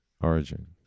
origin